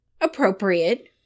appropriate